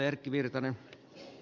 arvoisa puhemies